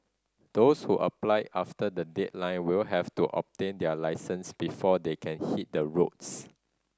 those who apply after the deadline will have to obtain their licence before they can hit the roads